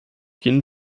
jeden